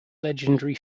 legendary